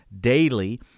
daily